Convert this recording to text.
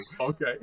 okay